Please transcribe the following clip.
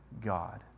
God